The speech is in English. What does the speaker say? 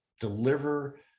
deliver